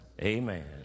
Amen